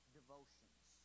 devotions